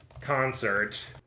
concert